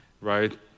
right